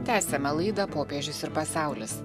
tęsiame laidą popiežius ir pasaulis